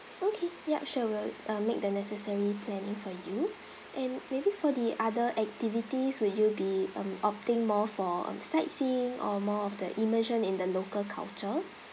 okay yup sure we'll uh make the necessary planning for you and maybe for the other activities will you be um opting more for um sightseeing or more of the immersion in the local culture